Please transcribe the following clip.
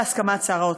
בהסכמת שר האוצר.